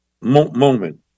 moment